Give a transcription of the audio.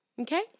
okay